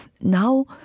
Now